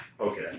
Okay